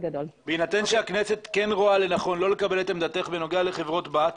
בהינתן שהכנסת כן רואה לנכון לא לקבל את עמדתך בנוגע לחברות בת,